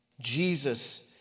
Jesus